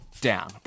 down